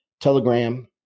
Telegram